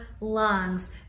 lungs